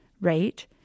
right